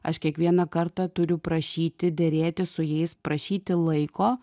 aš kiekvieną kartą turiu prašyti derėtis su jais prašyti laiko